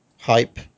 hype